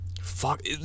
fuck